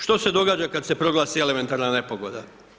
Što se događa kad se proglasi elementarna nepogoda?